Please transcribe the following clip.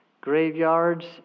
graveyards